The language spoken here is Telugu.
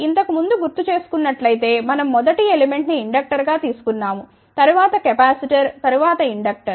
ఇంతకుముందు గుర్తు చేసుకున్నట్లైతే మనం మొదటి ఎలిమెంట్ ని ఇండక్టర్గా తీసుకొన్నాము తరువాత కెపాసిటర్ తరువాత ఇండక్టర్